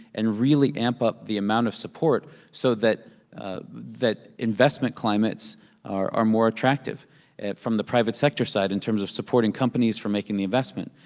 and really amp up the amount of support so that that investment climates are more attractive from the private sector side in terms of supporting companies for making the investment.